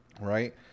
Right